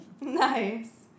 Nice